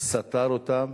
סתר אותם